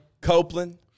Copeland